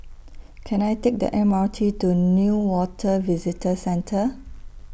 Can I Take The M R T to Newater Visitor Centre